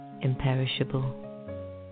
imperishable